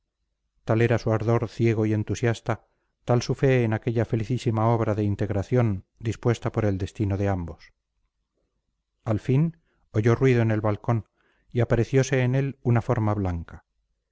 su ardor ciego y entusiasta tal su fe en aquella felicísima obra de integración dispuesta por el destino de ambos al fin oyó ruido en el balcón y apareciose en él una forma blanca